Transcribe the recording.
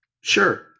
Sure